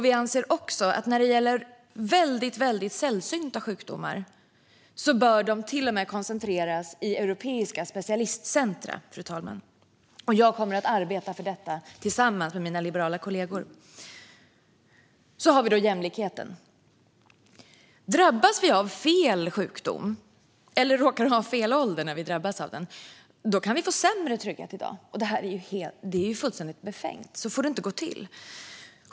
Vi anser också att den när det gäller väldigt sällsynta sjukdomar till och med bör koncentreras i europeiska specialistcentrum, fru talman. Jag kommer att arbeta för detta tillsammans med mina liberala kollegor. Så har vi då jämlikheten. Drabbas man av "fel" sjukdom, eller råkar ha "fel" ålder när man drabbas av den, kan man få sämre trygghet i dag. Det är ju fullständigt befängt! Så får det inte gå till.